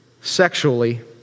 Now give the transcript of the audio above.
sexually